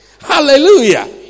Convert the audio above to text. Hallelujah